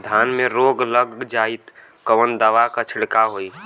धान में रोग लग जाईत कवन दवा क छिड़काव होई?